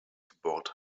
gebohrt